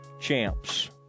Champs